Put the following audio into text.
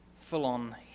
full-on